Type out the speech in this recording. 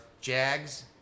Jags